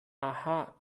aha